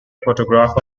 photograph